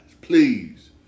please